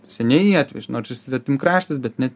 seniai atvežė nors ir svetimkraštis bet net